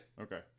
Okay